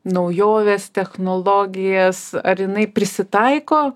naujoves technologijas ar jinai prisitaiko